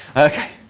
okay,